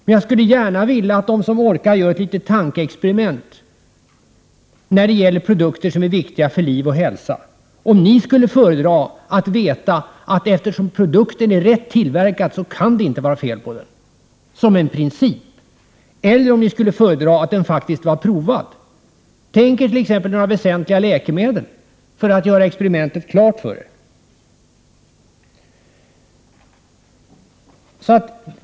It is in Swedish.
Men jag skulle gärna vilja att de som orkar gör ett litet tankeexperiment när det gäller produkter som är viktiga för liv och hälsa. Skulle ni föredra att veta att det inte kan vara fel på en produkt, som en princip, eftersom den är rätt tillverkad? Eller skulle ni föredra att produkten faktiskt var provad? Tänk er t.ex. några väsentliga läkemedel, för att göra experimentet klart för er.